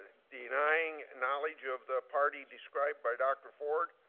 denying knowledge of the party described by dr. ford,